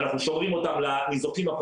אנחנו שומרים אותם לפרטיים,